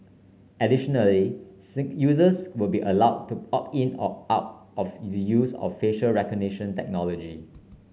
additionally users will be allowed to opt in or out of the use of facial recognition technology